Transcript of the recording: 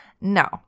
No